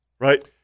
right